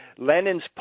Lenin's